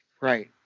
Right